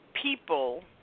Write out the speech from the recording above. people